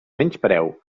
menyspreu